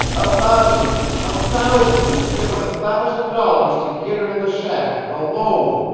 a thousand a thousand he's givin' a thousand dollars to git her in the shack alone,